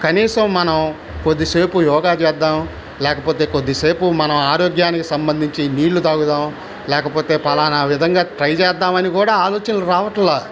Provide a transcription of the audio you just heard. కనీసం మనం కొద్దిసేపు యోగా చేద్దాం లేకపోతే కొద్దిసేపు మనం ఆరోగ్యానికి సంబంధించి నీళ్లు తాగుదాం లేకపోతే పలానా విధంగా ట్రై చేద్దామని కూడా ఆలోచనలు రావట్ల